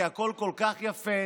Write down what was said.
כי הכול כל כך יפה